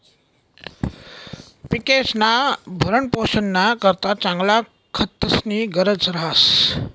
पिकेस्ना भरणपोषणना करता चांगला खतस्नी गरज रहास